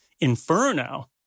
inferno